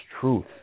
truth